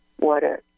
water